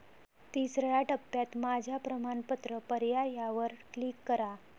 तिसर्या टप्प्यात माझ्या प्रमाणपत्र पर्यायावर क्लिक करा